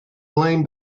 blame